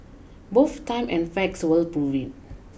both time and facts will prove it